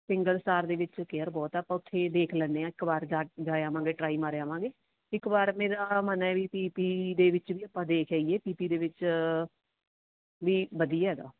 single star ਦੇ ਵਿੱਚ care ਬਹੁਤ ਆ ਆਪਾਂ ਉੱਥੇ ਦੇਖ ਲੈਂਦੇ ਹਾਂ ਇੱਕ ਵਾਰ ਜਾ ਕੇ ਜਾ ਆਵਾਂਗੇ ਟਰਾਈ ਮਾਰ ਆਵਾਂਗੇ ਇੱਕ ਵਾਰ ਮੇਰਾ ਮਨ ਹੈ ਵੀ ਪੀਪੀ ਦੇ ਵਿੱਚ ਵੀ ਆਪਾਂ ਦੇਖ ਆਈਏ ਪੀਪੀ ਦੇ ਵਿੱਚ ਵੀ ਵਧੀਆ ਹੈਗਾ